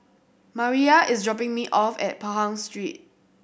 Mariyah is dropping me off at Pahang Street